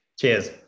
Cheers